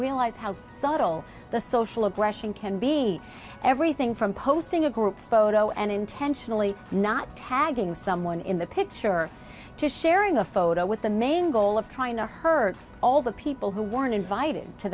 realize how subtle the social aggression can be everything from posting a group photo and intentionally not tagging someone in the picture to sharing a photo with the main goal of trying to hurt all the people who weren't invited to